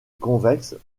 convexe